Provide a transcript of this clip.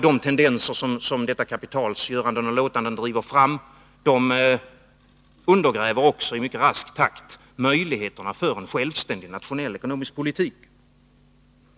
De tendenser som detta kapitals göranden och låtanden driver fram undergräver också i mycket rask takt möjligheterna till en självständig nationell ekonomisk politik.